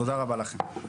תודה רבה לכם.